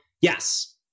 yes